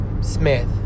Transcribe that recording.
Smith